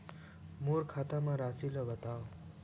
मोर खाता म राशि ल बताओ?